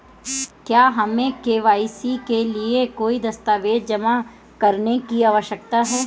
क्या हमें के.वाई.सी के लिए कोई दस्तावेज़ जमा करने की आवश्यकता है?